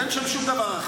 אין שם שום דבר אחר.